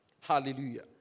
Hallelujah